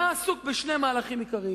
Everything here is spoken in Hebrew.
הוא היה עסוק בשני מהלכים עיקריים: